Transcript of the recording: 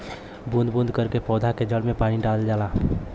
बूंद बूंद करके पौधा के जड़ में पानी डालल जाला